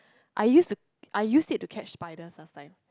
I use to I used it to catch spiders last time